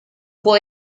può